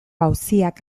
auziak